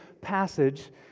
passage